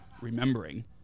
remembering